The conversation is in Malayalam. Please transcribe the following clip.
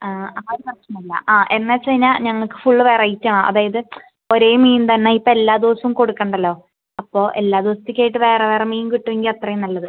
ആ അപ്പോൾ അത് പ്രശ്നം ഇല്ല ആ എന്നാച്ച് കഴിഞ്ഞാൽ ഞങ്ങൾക്ക് ഫുള്ള് വെറൈറ്റിയാണ് അതായത് ഒരേ മീൻ തന്നെ ഇപ്പോൾ എല്ലാ ദിവസവും കൊടുക്കേണ്ടല്ലോ അപ്പോൾ എല്ലാ ദിവസത്തേക്ക് ആയിട്ട് വേറെ വേറെ മീൻ കിട്ടും എങ്കിൽ അത്രയും നല്ലത്